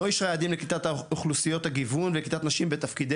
לא אישרה יעדים לאוכלוסיות הגיוון ונקיטת נשים לתפקידי